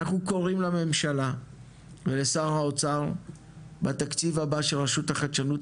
אנחנו קוראים לממשלה ולשר האוצר בתקציב הבא של רשות החדשנות,